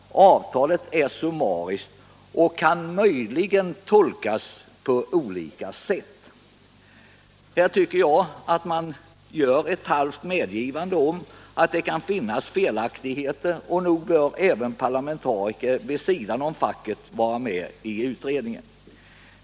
Avtalet är summariskt utformat och kan möjligen tolkas på olika sätt.” Här tycker jag att man gör ett halvt medgivande av att det kan finnas felaktigheter, och nog bör även parlamentariker vid sidan om facket vara med i utredningen.